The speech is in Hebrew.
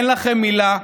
אין לכם מילה.